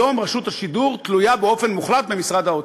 היום רשות השידור תלויה באופן מוחלט במשרד האוצר.